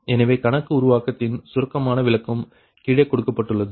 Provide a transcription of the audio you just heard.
எனவே கணக்கு உருவாக்கத்தின் சுருக்கமான விளக்கம் கீழே கொடுக்கப்பட்டுள்ளது